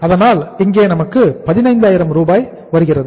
அதனால் இங்கே நமக்கு 15000 வருகிறது